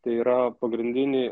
tai yra pagrindiniai